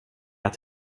att